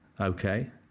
okay